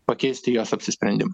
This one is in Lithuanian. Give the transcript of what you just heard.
pakeisti jos apsisprendimą